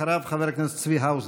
אחריו, חבר הכנסת צבי האוזר.